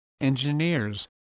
engineers